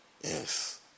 Yes